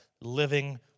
living